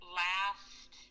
last